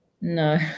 No